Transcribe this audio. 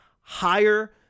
higher